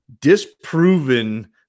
disproven